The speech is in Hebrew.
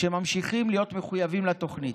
שממשיכים להיות מחויבים לתוכנית.